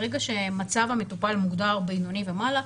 ברגע שמצב המטופל מוגדר בינוני ומעלה,